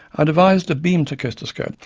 i devised a beam tachistoscope,